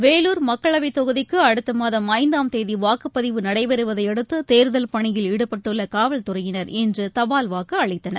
வேலூர் மக்களவைதொகுதிக்குஅடுத்தமாதம் ஐந்தாம் தேதிவாக்குப்பதிவு நடைபெறுவதையடுத்துதேர்தல் பணியில் ஈடுபட்டுள்ளகாவல்துறையினர் இன்றுதபால் வாக்குஅளித்தனர்